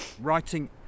writing